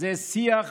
זה שיח